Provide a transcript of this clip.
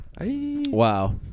Wow